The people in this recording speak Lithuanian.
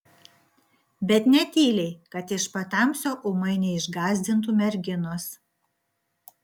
bet ne tyliai kad iš patamsio ūmai neišgąsdintų merginos